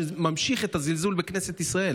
זה ממשיך את הזלזול בכנסת ישראל,